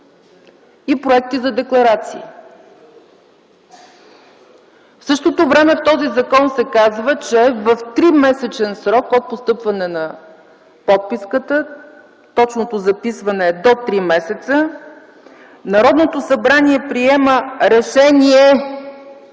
и проекти за декларации. В същото време в този закон се казва, че „в тримесечен срок от постъпването на подписката – точното записване е „до три месеца”, Народното събрание приема решение